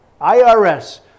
IRS